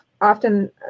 often